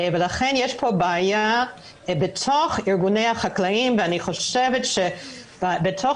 לכן יש פה בעיה בתוך ארגוני החקלאים ואני חושבת שבתוך